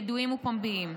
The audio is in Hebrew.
ידועים ופומביים.